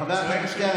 חבר הכנסת שטרן,